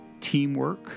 teamwork